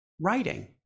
writing